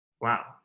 Wow